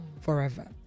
forever